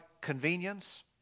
convenience